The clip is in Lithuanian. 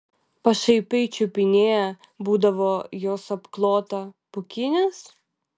pašaipiai čiupinėja būdavo jos apklotą pūkinis